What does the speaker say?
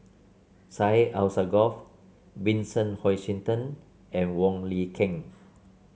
Syed Alsagoff Vincent Hoisington and Wong Lin Ken